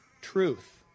truth